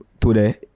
today